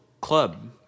club